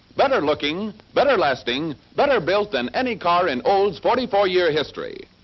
better looking, better lasting, better built than any car in olds' forty four year history.